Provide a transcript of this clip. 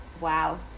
Wow